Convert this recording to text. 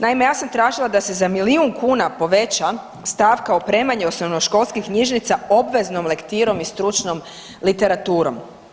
Naime, ja sam tražila da se za milijun kuna poveća stavka opremanja osnovnoškolskih knjižnica obveznom lektirom i stručnom literaturom.